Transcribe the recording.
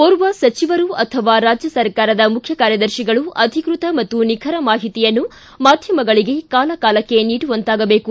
ಓರ್ವ ಸಚಿವರು ಅಥವಾ ರಾಜ್ಯ ಸರ್ಕಾರದ ಮುಖ್ಯ ಕಾರ್ಯದರ್ಶಿಗಳು ಅಧಿಕೃತ ಮತ್ತು ನಿಖರ ಮಾಹಿತಿಯನ್ನು ಮಾಧ್ವಮಗಳಿಗೆ ಕಾಲಕಾಲಕ್ಕೆ ನೀಡುವಂತಾಗಬೇಕು